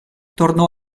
tornò